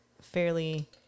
fairly